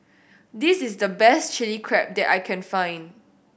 this is the best Chili Crab that I can find